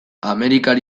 amerikar